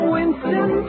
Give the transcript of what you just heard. Winston